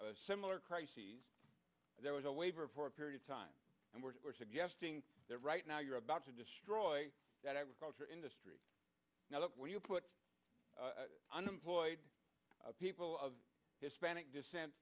similar crises there was a waiver for a period of time and we're suggesting there right now you're about to destroy that agriculture industry now when you put unemployed people of hispanic descent